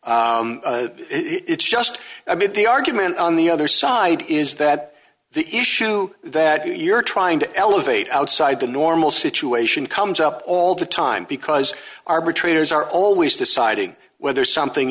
it's just i mean the argument on the other side is that the issue that you're trying to elevate outside the normal situation comes up all the time because arbitrators are always deciding whether something